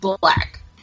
black